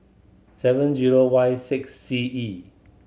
seven zero Y six C E